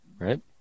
right